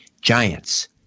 Giants